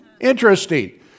Interesting